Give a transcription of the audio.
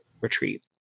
retreat